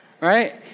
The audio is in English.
right